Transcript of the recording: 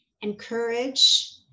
encourage